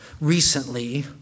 recently